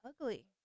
ugly